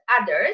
others